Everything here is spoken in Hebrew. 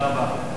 תודה רבה.